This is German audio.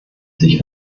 sich